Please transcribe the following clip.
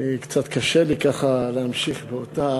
קצת קשה לי, ככה, להמשיך באותה